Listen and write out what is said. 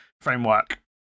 framework